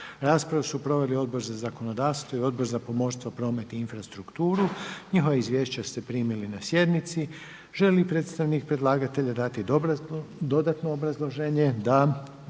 Raspravu su proveli: Odbor za zakonodavstvo, Odbor za poljoprivredu i Odbor za zaštitu okoliša i prirode. Izvješća ste primili na sjednici. Želi li predstavnik predlagatelja dati dodatno obrazloženje? Da.